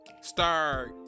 start